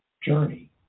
journey